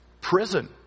prison